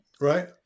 Right